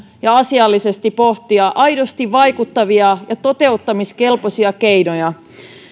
ja asiallisesti pohtia aidosti vaikuttavia ja toteuttamiskelpoisia keinoja